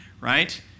right